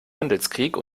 handelskrieg